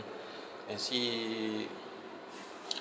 and see